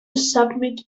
submit